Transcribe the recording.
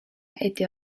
était